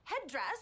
headdress